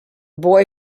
boy